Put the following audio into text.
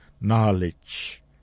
knowledge